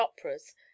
operas